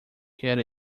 get